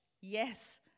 Yes